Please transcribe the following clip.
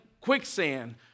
quicksand